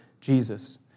Jesus